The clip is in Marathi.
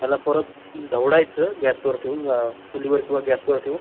त्याला परत ढवडायचं गॅसवर ठेवून चुलीवर किंवा गॅसवर ठेवून